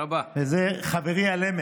וזה חברי על אמת,